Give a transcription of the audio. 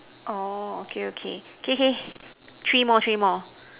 oh okay okay K K three more three more